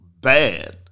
bad